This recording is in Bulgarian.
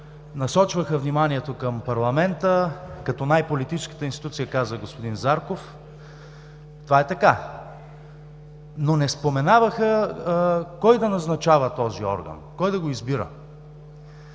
насочваха вниманието към парламента като най-политическата институция, каза господин Зарков. Това е така, но не споменаваха кой да назначава този орган, кой да го избира?